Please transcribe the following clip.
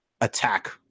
attack